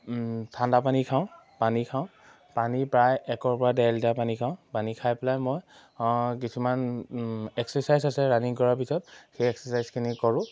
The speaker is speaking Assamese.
ঠাণ্ডা পানী খাওঁ পানী খাওঁ পানী প্ৰায় একৰ পৰা ডেৰ লিটাৰ পানী খাওঁ পানী খাই পেলাই মই কিছুমান এক্সাৰচাইজ আছে ৰানিং কৰাৰ পিছত সেই এক্সাৰচাইজখিনি কৰোঁ